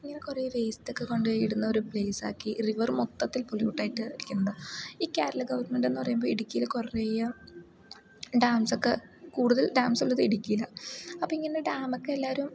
ഇങ്ങനെ കുറേ വേസ്റ്റൊക്കെ കൊണ്ടു പോയി ഇടുന്നൊരു പ്ലേസാക്കി റിവർ മൊത്തത്തിൽ പൊലൂട്ടായിട്ട് ഇരിക്കുന്നത് ഈ കേരള ഗവൺമെൻറ്റെന്നു പറയുമ്പോൾ ഇടുക്കിയിൽ കുറേ ഡാംസൊക്കെ കൂടുതൽ ഡാംസുള്ളത് ഇടുക്കിയിലാണ് അപ്പം ഇങ്ങനെ ഡാമൊക്കെ എല്ലാവരും